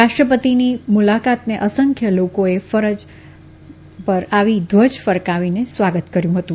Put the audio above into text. રાષ્ટ્રપતિની મુલાકાતને અસંખ્ય લોકોએ ધ્વજ ફરકાવીને સ્વાગત કર્યુ હતું